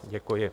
Děkuji.